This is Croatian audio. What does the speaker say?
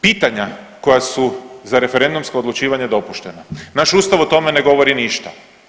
Pitanja koja su za referendumsko odlučivanje dopuštena, naš Ustav o tome ne govori ništa.